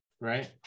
right